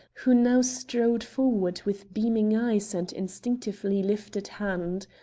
who now strode forward with beaming eyes and instinctively lifted hand.